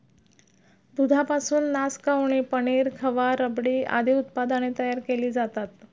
दुधापासून नासकवणी, पनीर, खवा, रबडी आदी उत्पादने तयार केली जातात